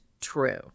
true